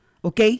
¿ok